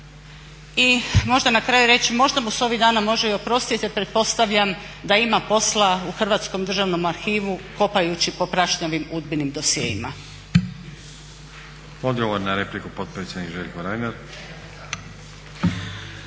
I možda na kraju reći, možda mu se ovih dana može i oprostiti jer pretpostavljam da ima posla u Hrvatskom državnom arhivu kopajući po prašnjavim udbinim dosjeima.